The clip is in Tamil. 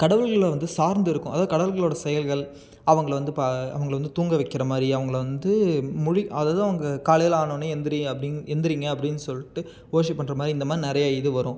கடவுள்களை வந்து சார்ந்து இருக்கும் அதாவது கடவுள்களோட செயல்கள் அவங்களை வந்து அவங்களை வந்து தூங்க வைக்கிற மாதிரி அவங்களை வந்து மொழி அதாவது அவங்க காலையில் ஆனோடனயே எந்திரி அப்படி எந்திரிங்க அப்படின்னு சொல்லிட்டு ஓர்ஷிப் பண்ணுற மாதிரி இந்தமாதிரி நிறையா இது வரும்